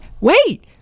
Wait